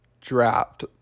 draft